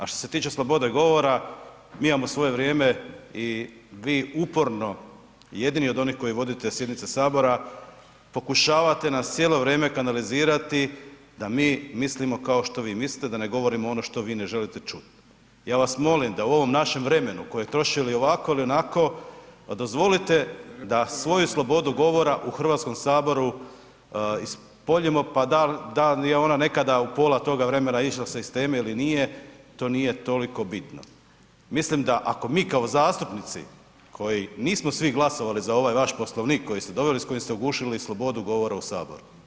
A što se tiče slobode govora, mi imamo svoje vrijeme i vi uporno jedini od onih koji vodite sjednice sabora pokušavate nas cijelo vrijeme kanalizirati da mi mislimo kao što vi mislite, da ne govorimo ono što vi ne želite čut, ja vas molim da u ovom našem vremenu koje trošili ovako ili onako dozvolite da svoju slobodu govora u HS ispoljimo, pa dal, dal je ona nekada u pola toga vremena išlo se iz teme ili nije, to nije toliko bitno, mislim da ako mi kao zastupnici koji nismo svi glasovali za ovaj vaš Poslovnik koji ste doveli s kojim ste ugušili slobodu govora u saboru.